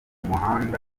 muhanda